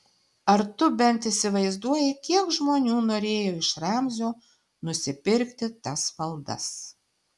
ar tu bent įsivaizduoji kiek žmonių norėjo iš ramzio nusipirkti tas valdas